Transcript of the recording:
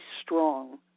strong